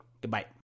goodbye